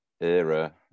era